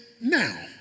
now